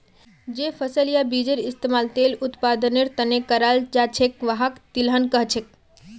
जे फसल या बीजेर इस्तमाल तेल उत्पादनेर त न कराल जा छेक वहाक तिलहन कह छेक